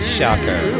Shocker